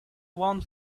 one